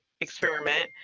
experiment